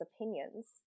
opinions